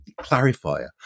clarifier